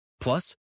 Plus